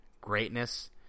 greatness